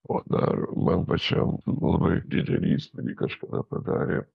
o dar man pačiam labai didelį įspūdį kažkada padarė